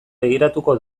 begiratuko